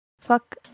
Fuck